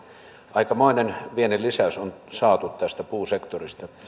aikamoinen viennin lisäys on saatu tästä puusektorista